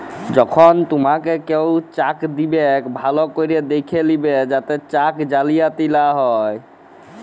যখল তুমাকে কেও চ্যাক দিবেক ভাল্য ক্যরে দ্যাখে লিবে যাতে চ্যাক জালিয়াতি লা হ্যয়